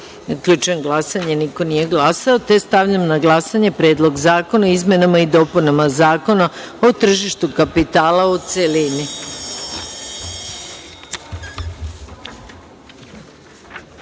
5.Zaključujem glasanje: niko nije glasao. Stavljam na glasanje Predlog zakona o izmenama i dopunama Zakona o tržištu kapitala, u